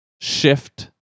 shift